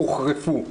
הוחרפו?